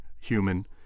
human